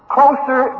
Closer